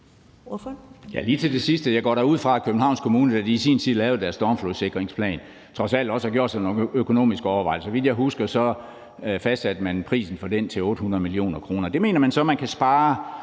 sidste vil jeg sige, at jeg da går ud fra, at Københavns Kommune, da de i sin tid lavede deres stormflodssikringsplan, trods alt også gjorde sig nogle økonomiske overvejelser. Så vidt jeg husker, fastsatte man prisen for den til 800 mio. kr. Det mener man så, som hr. Lennart